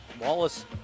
Wallace